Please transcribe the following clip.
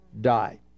die